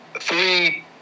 three